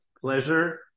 pleasure